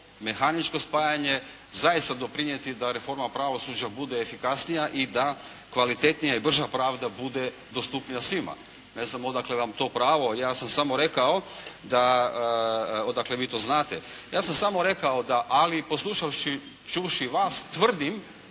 mehaničko spajanje zaista doprinijeti da reforma pravosuđa bude efikasnija i da kvalitetnija i brža pravda bude dostupnija svima. Ne znam odakle vam to pravo, odakle vi to znate. Ja sam samo rekao da ali i poslušavši i čuvši vas tvrdim